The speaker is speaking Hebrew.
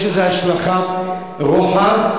יש לזה השלכת רוחב.